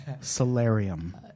solarium